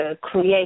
create